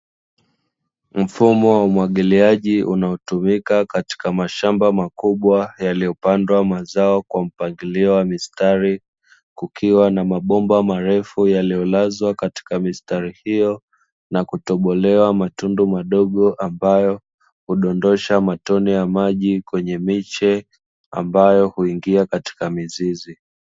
Mfumo wa umwagiliaji unaotumika katika mashamba makubwa yaliyopandwa mazao kwa mpangilio wa mistari kukiwa na mabomba marefu yaliyolazwa katika mistari hiyo na kutobolewa matundu madogo ambayo hudondosha matone ya maji kwenye miche ambayo huingia katika mizizi.